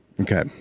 Okay